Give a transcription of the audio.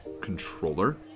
controller